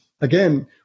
again